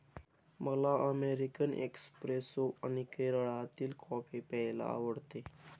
मला American espresso आणि केरळातील कॉफी प्यायला आवडते